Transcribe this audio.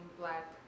black